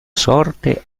sorte